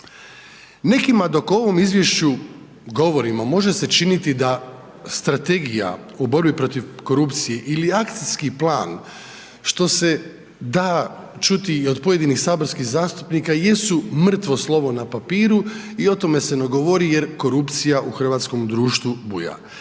Nekima dok o ovom izvješću govorim može se činiti da Strategija o borbi protiv korupcije ili akcijski plan što se da čuti i od pojedinih saborskih zastupnika jesu mrtvo slovo na papiru i o tome se ne govori jer korupcija u hrvatskom društvu buja.